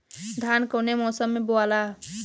धान कौने मौसम मे बोआला?